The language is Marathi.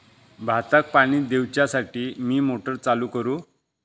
भाताक पाणी दिवच्यासाठी मी मोटर चालू करू?